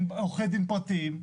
הם עורכי דין פרטיים.